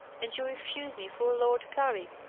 and you refuse me for lord carrick!